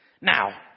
Now